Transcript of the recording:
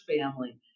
family